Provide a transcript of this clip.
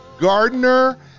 Gardner